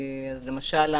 אז למשל,